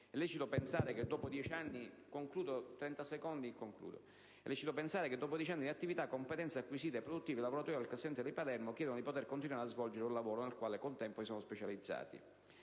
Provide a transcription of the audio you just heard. È lecito pensare che dopo 10 anni di attività, competenze acquisite e produttività, i lavoratori del *call center* di Palermo chiedano di poter continuare a svolgere un lavoro nel quale col tempo si sono specializzati.